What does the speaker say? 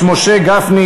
משה גפני,